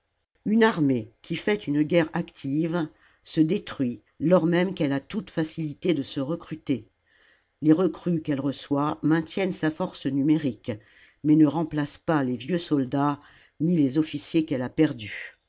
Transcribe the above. une armée qui fait une guerre active se détruit lors même qu'elle a toutes facilités de se recruter les recrues qu'elle reçoit maintiennent sa force numérique mais ne remplacent pas les vieux soldats ni les officiers qu'elle a perdus